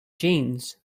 jeans